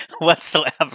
whatsoever